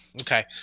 Okay